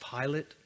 Pilate